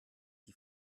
die